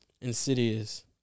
Insidious